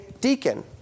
deacon